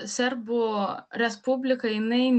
serbų respublika jinai